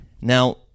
now